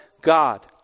God